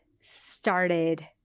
started